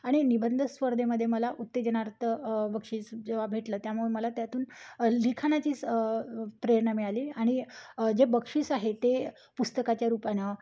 आणि निबंध स्पर्धेमध्ये मला उत्तेजनार्थ बक्षीस जेव्हा भेटलं त्यामुळे मला त्यातून लिखाणाचीच प्रेरणा मिळाली आणि जे बक्षीस आहे ते पुस्तकाच्या रूपानं